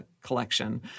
collection